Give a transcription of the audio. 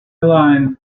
line